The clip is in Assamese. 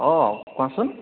অ' কোৱাচোন